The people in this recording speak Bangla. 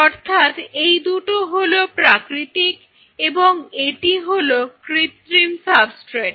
অর্থাৎ এই দুটো হলো প্রাকৃতিক এবং এটি হলো কৃত্রিম সাবস্ট্রেট